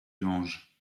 gange